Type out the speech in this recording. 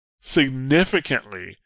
significantly